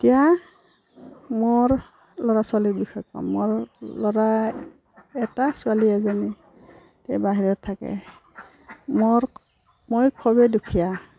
এতিয়া মোৰ ল'ৰা ছোৱালীৰ বিষয়ে কম মোৰ ল'ৰা এটা ছোৱালী এজনী তাই বাহিৰত থাকে মোৰ মই খুবেই দুখীয়া